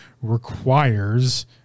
requires